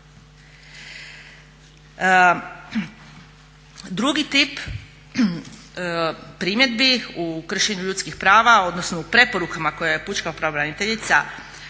Drugi tip primjedbi u kršenju ljudskih prava odnosno u preporukama koje je pučka pravobraniteljica